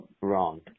Wrong